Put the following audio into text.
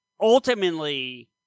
Ultimately